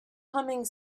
humming